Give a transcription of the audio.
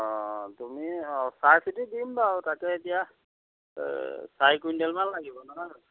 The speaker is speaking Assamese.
অ তুমি অঁ চাই চিতি দিম বাৰু তাতে এতিয়া চাৰি কুইণ্টেলমান লাগিব নহয় জানো